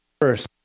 first